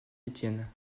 etienne